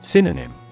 Synonym